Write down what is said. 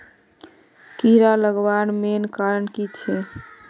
कीड़ा लगवार मेन कारण की छे?